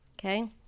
Okay